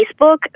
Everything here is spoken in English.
Facebook